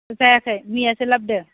जायाखै मैयासो लाबदो